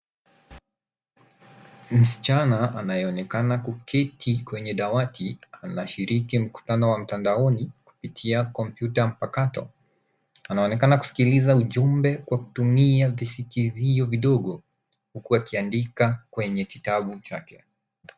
Msichana anayeonekana kuketi kwenye dawati anashiriki makutano wa mtandaoni kupitia kompyuta mpakato. Anaonekana kusikiliza ujumbe kwa kutumia visikizio vidogo huku akiandika kwenye kitabu chake.